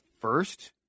first